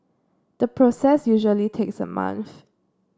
the process usually takes a month